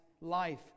life